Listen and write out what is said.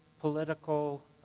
political